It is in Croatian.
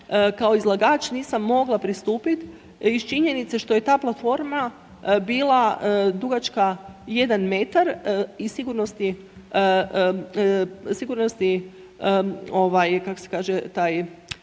kao izlagač, nisam mogla pristupit iz činjenice što je ta platforma bila dugačka 1m iz sigurnosti, ovaj, kako se kaže taj,